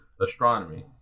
astronomy